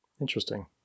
Interesting